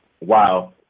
Wow